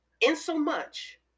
Insomuch